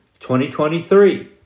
2023